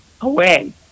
away